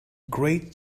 great